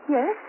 Yes